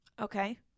Okay